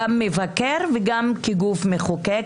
גם מבקר וגם כגוף מחוקק,